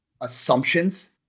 assumptions